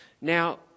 Now